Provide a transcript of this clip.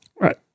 Right